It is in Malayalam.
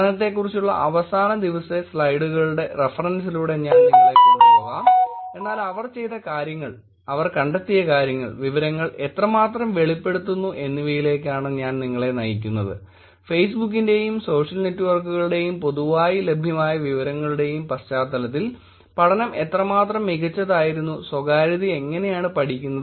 പഠനത്തെക്കുറിച്ചുള്ള അവസാന ദിവസത്തെ സ്ലൈഡുകളുടെ റെഫെറൻസിലൂടെ ഞാൻ നിങ്ങളെ കൊണ്ടുപോകാം എന്നാൽ അവർ ചെയ്ത കാര്യങ്ങൾ അവർ കണ്ടെത്തിയ കാര്യങ്ങൾ വിവരങ്ങൾ എത്രമാത്രം വെളിപ്പെടുത്തുന്നു എന്നിവയിലേക്കാണ് ഞാൻ നിങ്ങളെ നയിക്കുന്നത് ഫെയ്സ്ബുക്കിന്റെയും സോഷ്യൽ നെറ്റ്വർക്കുകളുടെയും പൊതുവായി ലഭ്യമായ വിവരങ്ങളുടെയും പശ്ചാത്തലത്തിൽ പഠനം എത്രമാത്രം മികച്ചതായിരുന്നു സ്വകാര്യത എങ്ങനെയാണ് പഠിക്കുന്നത്